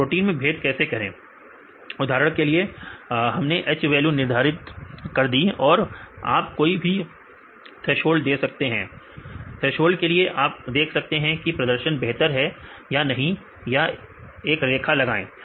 तो प्रोटीन में भेद कैसे करें उधर के लिए हमने H वैल्यू निर्धारित कर दी और आप कोई भीथ्रेसोल्ड दे सकते हैं थ्रेसोल्ड के लिए आप देख सकते हैं कि प्रदर्शन बेहतर है या नहीं यहां एक रेखा लगाएं